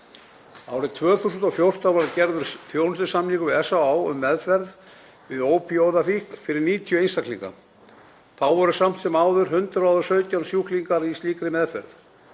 Árið 2014 var gerður þjónustusamningur við SÁÁ um meðferð við ópíóíðafíkn fyrir 90 einstaklinga. Þá voru samt sem áður 117 sjúklingar í slíkri meðferð.